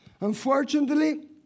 Unfortunately